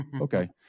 Okay